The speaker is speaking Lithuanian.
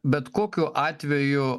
bet kokiu atveju